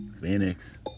Phoenix